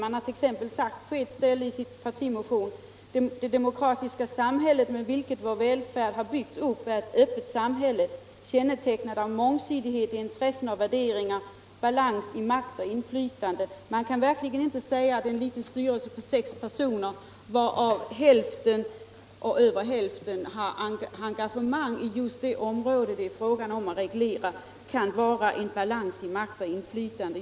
Man har sagt på ett ställe i partimotionen: | ”Det demokratiska samhälle med vilket vår välfärd byggts upp är ett öppet samhälle, kännetecknat av mångsidighet i intressen och värderingar, balans i makt och inflytande.” Man kan verkligen inte säga att en liten styrelse på sex personer, varav över hälften har engagemang inom just det område det är fråga om att reglera, kan vara i balans när det gäller makt och inflytande.